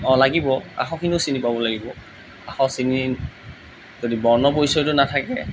অঁ লাগিব আখৰখিনিও চিনি পাব লাগিব আখৰ চিনি যদি বৰ্ণ পৰিচয়টো নাথাকে